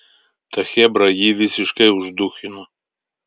ta chebra jį visiškai uždūchino